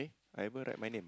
I ever write my name